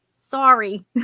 Sorry